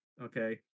Okay